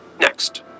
Next